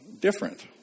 different